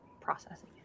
processing